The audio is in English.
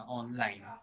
online